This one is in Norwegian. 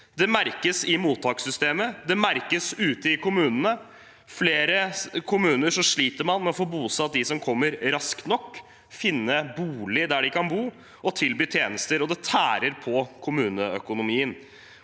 Det merkes i mottakssystemet. Det merkes ute i kommunene. I flere kommuner sliter man med å få bosatt dem som kommer, raskt nok, finne bolig der de kan bo, og tilby tjenester, og det tærer på kommuneøkonomien.